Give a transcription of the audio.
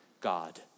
God